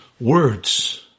words